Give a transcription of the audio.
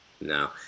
No